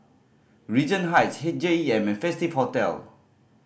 Regent Heights H J E M and Festive Hotel